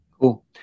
Cool